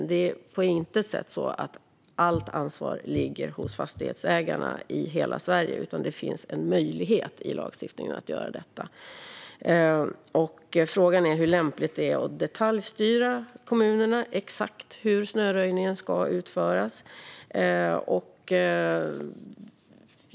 Det är på intet sätt så att allt ansvar ligger hos fastighetsägarna i hela Sverige, utan det finns en möjlighet i lagstiftningen att göra detta. Frågan är hur lämpligt det är att detaljstyra kommunerna exakt i hur snöröjningen ska utföras.